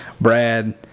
Brad